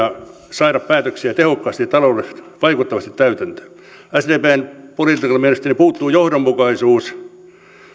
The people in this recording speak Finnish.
saada päätöksiä tehokkaasti ja taloudellisesti vaikuttavasti täytäntöön sdpn budjetista mielestäni puuttuu johdonmukaisuus